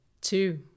two